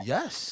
Yes